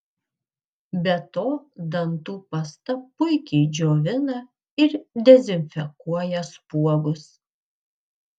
be to dantų pasta puikiai džiovina ir dezinfekuoja spuogus